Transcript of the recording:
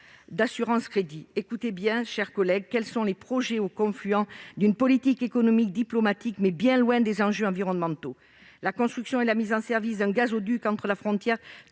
d'assurance-crédit. Mes chers collègues, voici quels sont ces projets, au confluent de la politique économique et de la diplomatie, mais bien loin des enjeux environnementaux : la construction et la mise en service d'un gazoduc entre la frontière